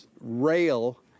rail